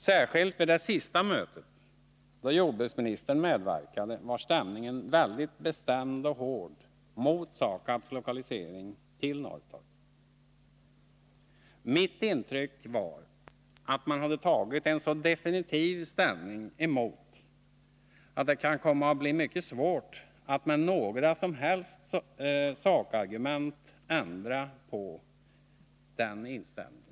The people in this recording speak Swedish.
Särskilt vid det sista mötet, då jordbruksministern medverkade, var stämningen väldigt bestämd och hård mot SAKAB:s lokalisering till Norrtorp. Jag hade ett intryck av att man hade tagit en så definitiv ställning emot att det kan komma att bli mycket svårt att med några som helst sakargument ändra på den inställningen.